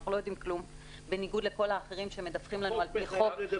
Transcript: אנחנו לא יודעים כלום בניגוד לכל האחרים שמדווחים לנו על-פי חוק.